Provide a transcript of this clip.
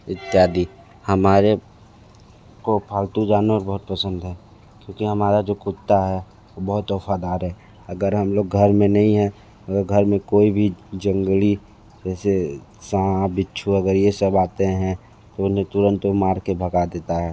इत्यादि हमारे को पालतू जानवर बहुत पसंद हैं क्योंकि हमारा जो कुत्ता है वो बहुत वफ़ादार हे अगर हम लोग घर में नहीं हैं तो घर में कोई भी जंगली जैसे सांप बिच्छू अगर ये सब आते हैं तो उन्हे तुरंत वो मार के भगा देता है